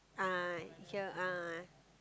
a'ah here a'ah